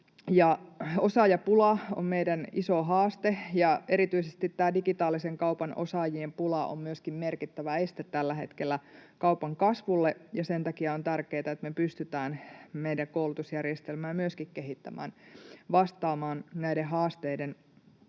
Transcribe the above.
Osaajapula on meidän iso haaste, ja erityisesti tämän digitaalisen kaupan osaajien pula on myöskin merkittävä este tällä hetkellä kaupan kasvulle, ja sen takia on tärkeätä, että me pystytään meidän koulutusjärjestelmää myöskin kehittämään vastaamaan näiden haasteiden